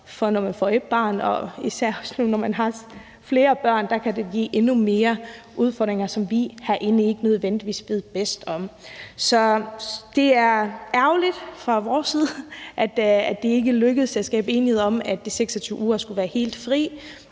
når man får et barn, men især, når man har flere børn, kan det give endnu flere udfordringer, som vi herinde ikke nødvendigvis ved bedst om. Det er ærgerligt set fra vores side, at det ikke lykkedes at skabe enighed om, at de 26 uger skulle være helt fri,